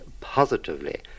positively